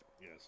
Yes